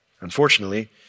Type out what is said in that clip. Unfortunately